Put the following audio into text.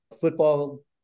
football